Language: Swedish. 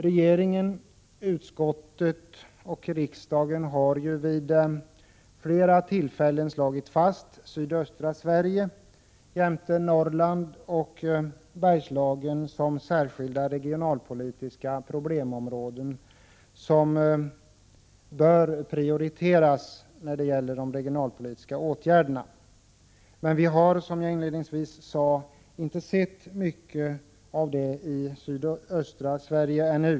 Regeringen, utskottet och riksdagen har ju vid flera tillfällen slagit fast att sydöstra Sverige jämte Norrland och Bergslagen är särskilda regionalpolitiska problemområden, som bör prioriteras när det gäller de regionalpolitiska åtgärderna. Vi har emellertid, som jag inledningsvis sade, ännu inte sett mycket av det i sydöstra Sverige.